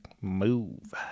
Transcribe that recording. move